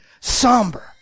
somber